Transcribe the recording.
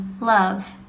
love